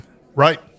Right